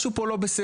משהו פה לא בסדר.